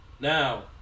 Now